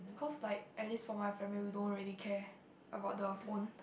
cause like at least for my family we don't really care about the phone